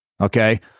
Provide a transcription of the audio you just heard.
Okay